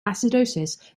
acidosis